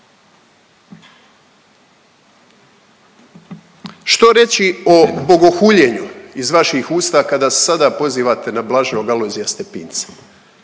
Što reći o bogohuljenju iz vaših usta kada se sada pozivate na blaženog Alojzija Stepinca?